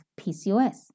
PCOS